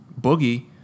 Boogie